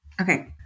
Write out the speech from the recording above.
Okay